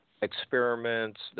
experiments